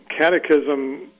catechism